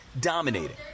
dominating